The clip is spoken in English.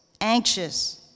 anxious